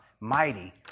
mighty